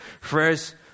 First